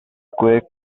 quirk